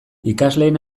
ikasleen